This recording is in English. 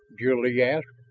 jil-lee asked.